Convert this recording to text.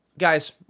Guys